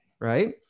right